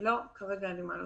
לא, כרגע אין לי מה להוסיף.